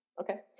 Okay